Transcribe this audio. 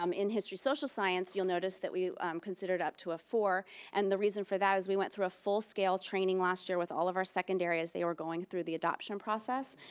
um in history social science, you'll notice that we considered up to a four and the reason for that is we went through a full scale training last year with all of our secondary, as they were going through the adoption process,